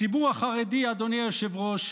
הציבור החרדי, אדוני היושב-ראש,